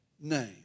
name